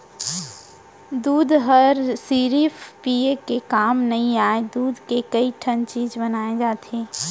दूद हर सिरिफ पिये के काम नइ आय, दूद के कइ ठन चीज बनाए जाथे